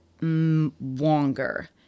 longer